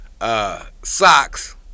socks